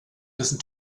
listen